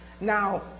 Now